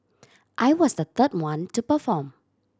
I was the third one to perform